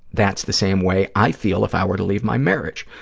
that's the same way i feel if i were to leave my marriage,